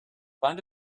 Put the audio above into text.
find